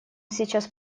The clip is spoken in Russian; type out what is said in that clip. сейчас